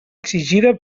exigida